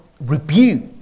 rebuke